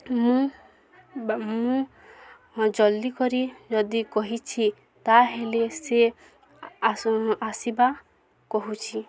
ମୁଁ ମୁଁ ଜଲ୍ଦି କରି ଯଦି କହିଛି ତାହେଲେ ସେ ଆସୁନ୍ ଆସିବା କହୁଛି